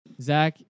Zach